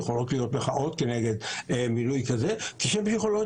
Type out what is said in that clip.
יכולות להיות מחאות כנגד מינוי כזה כשם שיכולות